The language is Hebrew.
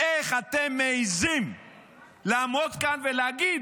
איך אתם מעיזים לעמוד כאן ולהגיד